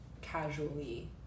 casually